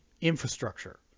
infrastructure